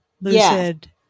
lucid